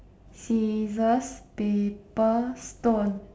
scissors paper stone